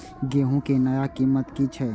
गेहूं के नया कीमत की छे?